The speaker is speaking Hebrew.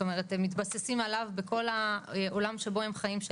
הם מתבססים עליו בכל העולם שבו הם חיים,